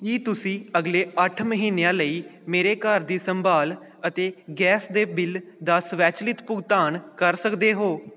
ਕੀ ਤੁਸੀਂਂ ਅਗਲੇ ਅੱਠ ਮਹੀਨਿਆਂ ਲਈ ਮੇਰੇ ਘਰ ਦੀ ਸੰਭਾਲ ਅਤੇ ਗੈਸ ਦੇ ਬਿੱਲ ਦਾ ਸਵੈਚਲਿਤ ਭੁਗਤਾਨ ਕਰ ਸਕਦੇ ਹੋ